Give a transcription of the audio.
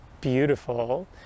beautiful